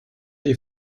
les